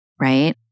right